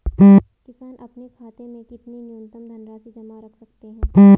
किसान अपने खाते में कितनी न्यूनतम धनराशि जमा रख सकते हैं?